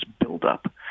buildup